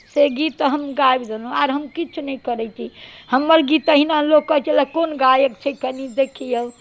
से गीत हम गाबि देलहुँ आओर हम किछु नहि करैत छी हमर गीत पहिने लोक कहैत छलै कोन गायक छै कनि देखियै